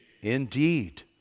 Indeed